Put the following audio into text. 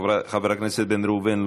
חבר הכנסת בן ראובן,